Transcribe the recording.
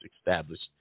established